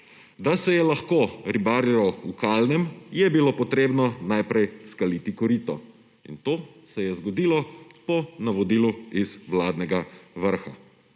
da se je lahko ribarilo v kalnem, je bilo treba najprej skaliti korito, in to se je zgodilo po navodilu z vladnega vrha.